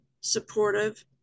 supportive